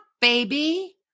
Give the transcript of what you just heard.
baby